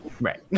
Right